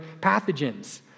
pathogens